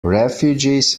refugees